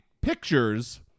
pictures